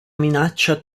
minaccia